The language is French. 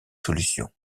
solutions